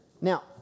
Now